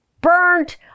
burnt